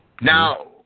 now